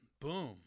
boom